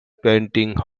painting